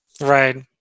Right